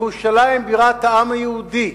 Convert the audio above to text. ירושלים בירת העם היהודי,